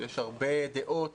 שיש הרבה דעות,